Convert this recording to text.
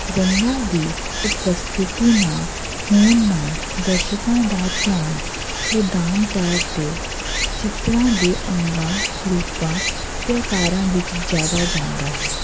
ਰੰਗਾਂ ਦੀ ਉਪਸਥਿਤੀ ਨਾ ਹੋਣ ਨਾਲ ਦਰਸ਼ਕਾਂ ਦਾ ਧਿਆਨ ਪ੍ਰਦਾਨ ਤੌਰ 'ਤੇ ਚਿੱਤਰਾਂ ਦੇ ਅੰਗਾਂ ਰੂਪਾਂ ਅਤੇ ਆਕਾਰਾਂ ਵਿੱਚ ਜ਼ਿਆਦਾ ਜਾਂਦਾ ਹੈ